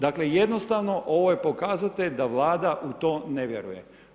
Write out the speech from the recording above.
Dakle, jednostavno ovo je pokazatelj da Vlada u to ne vjeruje.